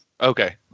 Okay